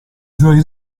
suoi